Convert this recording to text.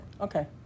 Okay